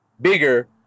bigger